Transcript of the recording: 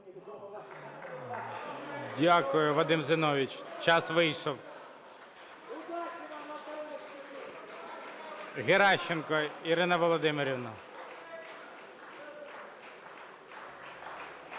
Дякую, Вадиме Зіновійовичу, час вийшов. Геращенко Ірина Володимирівна.